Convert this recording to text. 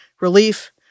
relief